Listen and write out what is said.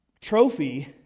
trophy